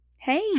Hey